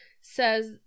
says